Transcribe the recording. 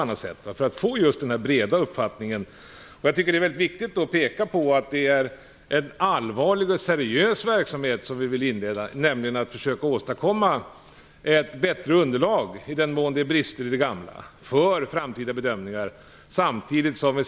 Jag tycker att det är viktigt att påpeka att det är en allvarlig och seriös verksamhet som vi vill inleda, nämligen att försöka åstadkomma ett bättre underlag, i den mån det brister i det gamla, för framtida bedömningar.